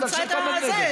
נמצא את הפשרות.